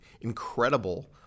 incredible